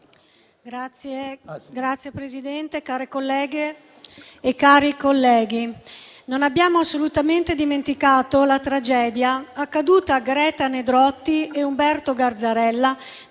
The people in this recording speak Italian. Signor Presidente, care colleghe e cari colleghi, non abbiamo assolutamente dimenticato la tragedia accaduta a Greta Nedrotti e Umberto Garzarella